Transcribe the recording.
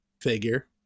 figure